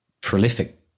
prolific